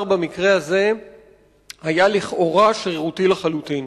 במקרה הזה היה לכאורה שרירותי לחלוטין.